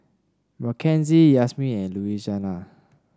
Makenzie Yazmin and Louisiana